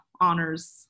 honors